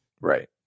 Right